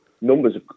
numbers